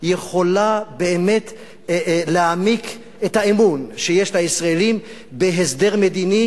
יכולה באמת להעמיק את האמון שיש לישראלים בהסדר מדיני,